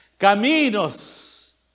Caminos